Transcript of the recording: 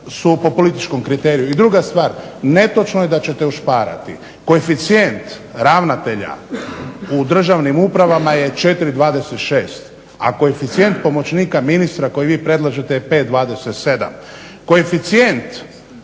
su po političkom kriteriju. I druga stvar, netočno je da ćete ušparati. Koeficijent ravnatelja u državnim upravama je 4,26, a koeficijent pomoćnika ministara koji vi predlažete je 5,27. Koeficijent